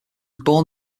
born